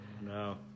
No